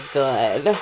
good